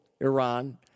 Iran